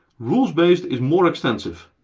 rules-based is more extensive.